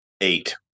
Eight